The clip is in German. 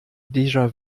déjà